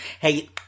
hey